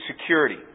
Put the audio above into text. security